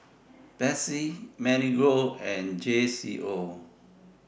Betsy Marigold and J Co